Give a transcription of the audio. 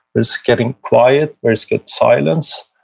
it's getting quiet, there's good silence,